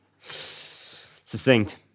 succinct